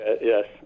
Yes